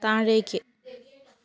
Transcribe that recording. താഴേക്ക്